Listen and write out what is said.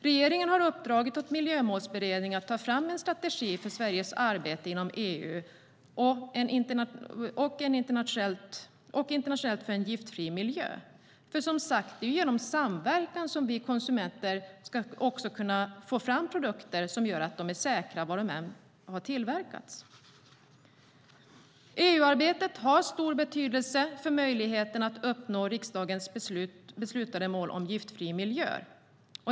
Regeringen har uppdragit åt Miljömålsberedningen att ta fram en strategi för Sveriges arbete inom EU och internationellt för en giftfri miljö. För det är som sagt genom samverkan som vi konsumenter får tillgång till produkter som är säkra var de än har tillverkats. EU-arbetet har stor betydelse för möjligheten att uppnå riksdagens beslutade mål om giftfri miljö.